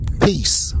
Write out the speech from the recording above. Peace